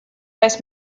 weiß